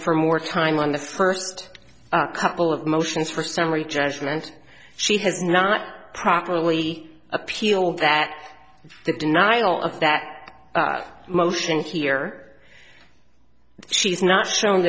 for more time on the first couple of motions for summary judgment she has not properly appealed that the denial of that motion here she's not shown